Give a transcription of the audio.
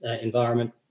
environment